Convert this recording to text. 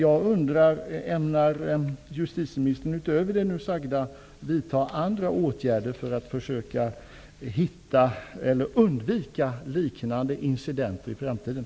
Ämnar justitieministern, utöver det nu sagda, vidta andra åtgärder för att liknande incidenter skall kunna undvikas i framtiden?